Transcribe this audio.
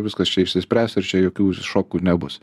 viskas čia išsispręs ir čia jokių šokų nebus